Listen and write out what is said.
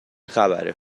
خبره